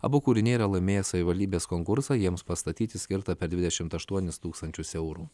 abu kūriniai yra laimėję savivaldybės konkursą jiems pastatyti skirta per dvidešimt aštuonis tūkstančius eurų